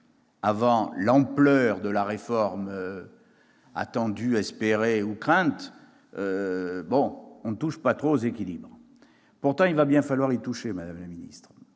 avant la réforme d'ampleur attendue, espérée ou crainte, on ne touche pas trop aux équilibres. Pourtant, il va bien falloir y toucher, madame la ministre,